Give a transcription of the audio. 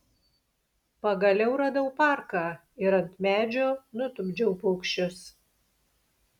pagaliau radau parką ir ant medžio nutupdžiau paukščius